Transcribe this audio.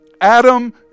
Adam